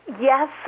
Yes